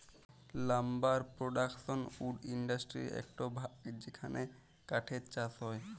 lumber production wood ইন্ডাসটিরির একট ভাগ যেখালে কাঠের চাষ হয়